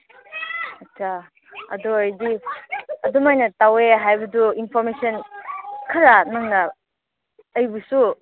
ꯑꯠꯆꯥ ꯑꯗꯨ ꯑꯣꯏꯗꯤ ꯑꯗꯨꯃꯥꯏꯅ ꯇꯧꯋꯦ ꯍꯥꯏꯕꯗꯨ ꯏꯟꯐꯣꯔꯃꯦꯁꯟ ꯈꯔ ꯅꯪꯅ ꯑꯩꯕꯨꯁꯨ